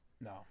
No